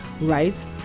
right